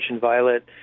violet